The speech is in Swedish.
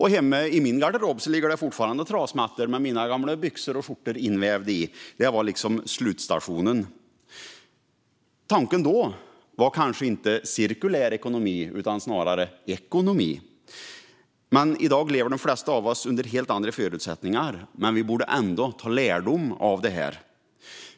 Hemma i min garderob ligger det fortfarande trasmattor med mina gamla byxor och skjortor invävda. Det var slutstationen. Tanken då var kanske inte cirkulär ekonomi utan snarare ekonomi. I dag lever de flesta av oss under helt andra förutsättningar, men vi borde ändå ta lärdom av detta.